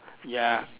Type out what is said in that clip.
ya